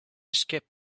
skip